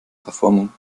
verformung